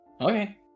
Okay